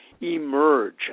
emerge